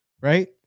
right